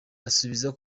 asubiza